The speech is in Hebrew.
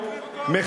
חבר הכנסת והבה.